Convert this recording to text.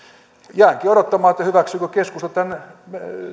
jäänkin odottamaan hyväksyykö keskusta tämän